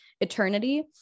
eternity